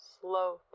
slow